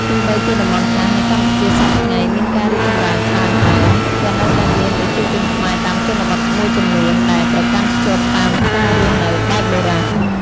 ទោះបីជាតំបន់ខ្លះនៅកម្ពុជាសព្វថ្ងៃមានការរីកចម្រើនច្រើនហើយ ក៏នៅតែមានប្រជាជនខ្មែរតាមជនបទមួយចំនួនដែលប្រកាន់ខ្ជាប់តាមការរស់នៅបែបបុរាណ។